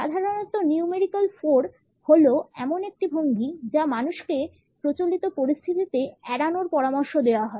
সাধারণত Numerical 4 হল এমন একটি ভঙ্গি যা মানুষকে প্রচলিত পরিস্থিতিতে এড়ানোর পরামর্শ দেওয়া হয়